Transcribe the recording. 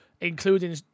including